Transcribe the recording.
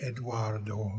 Eduardo